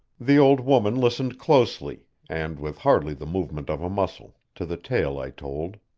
the old woman listened closely, and with hardly the movement of a muscle, to the tale i told.